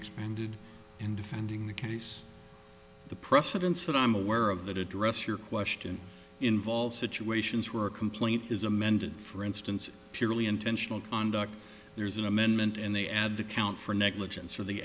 expended in defending the case the precedence that i'm aware of that address your question involves situations where a complaint is amended for instance purely intentional conduct there is an amendment in the ad to count for negligence for the